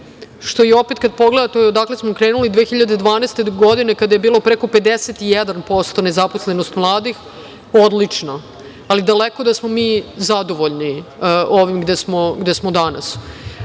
što je opet kada pogledate odakle smo krenuli 2012. godine kada je bilo preko 51% nezaposlenosti mladih, odlično. Ali, daleko da smo mi zadovoljni ovim gde smo danas. Tako